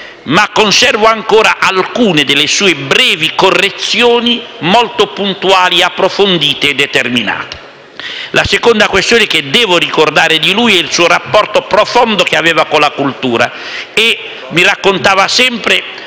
Conservo ancora alcune delle sue brevi correzioni, molto puntuali, approfondite e determinate. Il secondo aspetto che devo ricordare di lui è il rapporto profondo che aveva con la cultura. Mi raccontava sempre